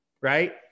Right